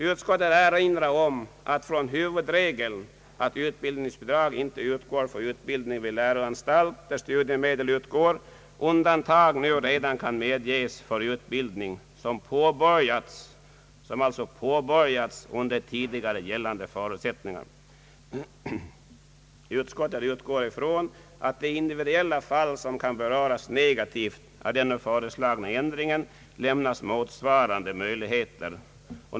Utskottet erinrar om att från huvudregeln att utbildningsbidrag inte utgår för utbildning vid läroanstalt där studiemedel utgår undantag redan nu kan medges för utbildning som påbörjats under tidigare gällande förutsättningar. Utskottet utgår från att de individuella fall som kan beröras negativt av den nu föreslagna ändringen lämnas motsvarande möjligheter.